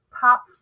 pop